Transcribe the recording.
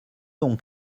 donc